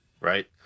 right